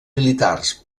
militars